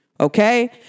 Okay